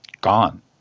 gone